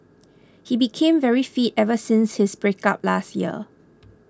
he became very fit ever since his breakup last year